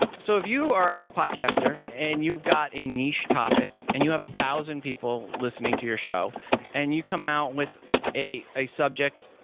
so if you are a podcaster and you've got a niche topic and you have one thousand people listening to your show and you come out with a a subject,